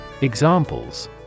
Examples